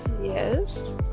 Yes